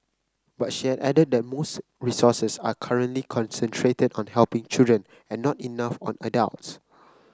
but she added that most resources are currently concentrated on helping children and not enough on adults